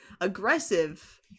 aggressive